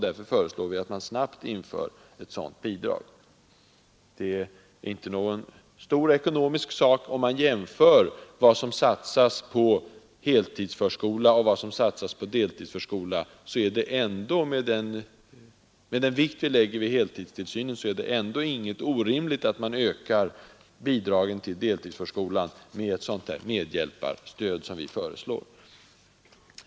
Därför föreslår vi att man snabbt inför ett sådant bidrag. Det är inte någon stor ekonomisk fråga. Om man jämför med vad som satsas på heltidsoch deltidsförskolan är det, även med den vikt vi lägger vid helhetstillsynen, inte orimligt att man ökar bidraget till deltidsförskolan med ett sådant medhjälparstöd som vi föreslår.